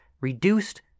reduced